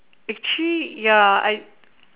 it's cheat ya I